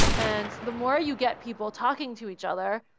and the more you get people talking to each other,